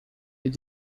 est